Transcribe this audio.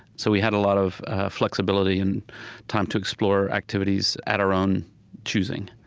so we had a lot of flexibility and time to explore activities at our own choosing